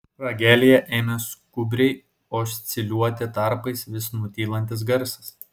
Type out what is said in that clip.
ragelyje ėmė skubriai osciliuoti tarpais vis nutylantis garsas